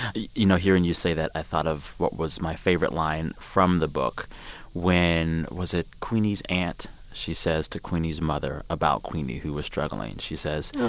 you you know, hearing you say that, i thought of what was my favorite line from the book when was it queenie's aunt? she says to queenie's mother about queenie, who is struggling she says. oh,